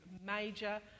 major